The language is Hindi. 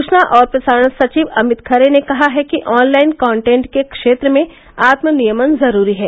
सूचना और प्रसारण सचिव अमित खरे ने कहा है कि ऑनलाइन कांटेन्ट के क्षेत्र में आत्म नियमन जरूरी है